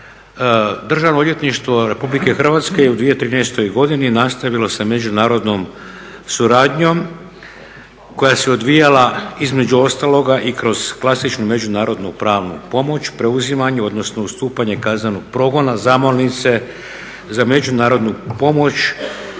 Državno odvjetništvo Republike Hrvatske je u 2013. godini nastavilo sa međunarodnom suradnjom koja se odvijala između ostaloga i kroz klasičnu međunarodnu pravnu pomoć, preuzimanju odnosno ustupanje kaznenog progona, zamolnice za međunarodnu pomoć